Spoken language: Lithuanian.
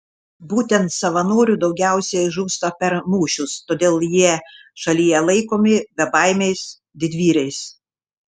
būtent savanorių daugiausiai žūsta per mūšius todėl jie šalyje laikomi bebaimiais didvyriais